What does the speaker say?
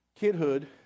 kidhood